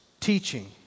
teaching